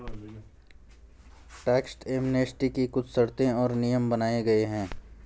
tax amnesty की कुछ शर्तें और नियम बनाये गये हैं